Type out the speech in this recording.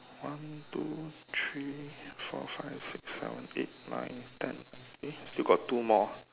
one two three four five six seven eight nine ten eh still got two more